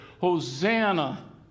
Hosanna